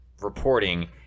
reporting